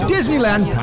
Disneyland